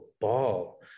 ball